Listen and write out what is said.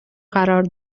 قرار